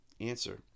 Answer